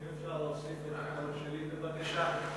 אם אפשר, להוסיף את הקול שלי, בבקשה.